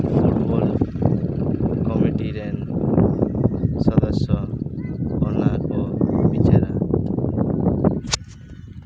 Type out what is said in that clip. football committee ᱨᱮᱱ ᱥᱚᱫᱚᱥᱥᱚ ᱚᱱᱟ ᱠᱚ ᱵᱤᱪᱟᱹᱨᱟ